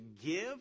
give